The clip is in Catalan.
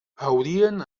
haurien